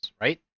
right